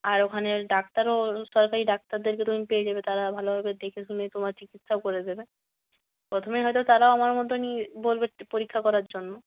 আর ওখানে ডাক্তারও সরকারি ডাক্তারদেরকে তুমি পেয়ে যাবে তারা ভালোভাবে দেখেশুনে তোমার চিকিৎসাও করে দেবে প্রথমে হয়তো তারাও আমার মতনই বলবে পরীক্ষা করার জন্য